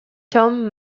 tom